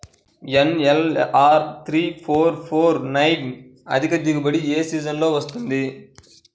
NLR three four four four nine అధిక దిగుబడి ఏ సీజన్లలో వస్తుంది?